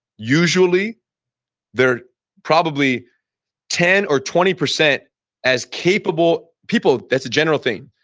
usually they're probably ten or twenty percent as capable people, that's a general thing.